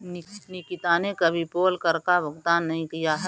निकिता ने कभी पोल कर का भुगतान नहीं किया है